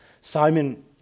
Simon